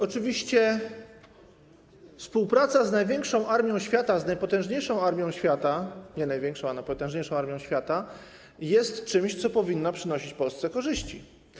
Oczywiście współpraca z największą armią świata, z najpotężniejszą armią świata, nie największą, ale najpotężniejszą armią świata, jest czymś, co powinno przynosić Polsce korzyści.